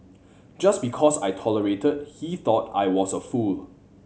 just because I tolerated he thought I was a fool